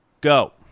go